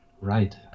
right